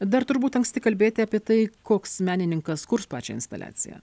dar turbūt anksti kalbėti apie tai koks menininkas kurs pačią instaliaciją